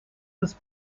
was